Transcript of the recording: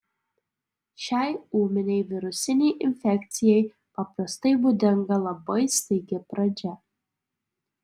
šiai ūminei virusinei infekcijai paprastai būdinga labai staigi pradžia